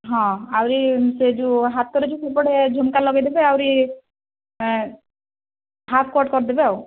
ହଁ ଆହୁରି ସେ ଯେଉଁ ହାତରେ ଯେଉଁ ସେପଟେ ଝୁମ୍କା ଲଗାଇଦେବେ ଆହୁରି ହାଫ୍ କଟ୍ କରିଦେବେ ଆଉ